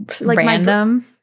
Random